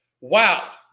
Wow